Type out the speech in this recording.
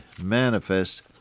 manifest